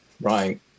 Right